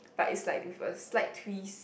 but is like with a slight twist